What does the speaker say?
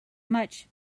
much